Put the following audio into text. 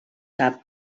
cap